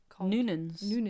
Noonan's